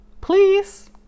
please